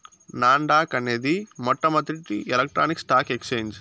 non dock అనేది మొట్టమొదటి electronic stock exchange